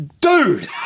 Dude